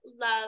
love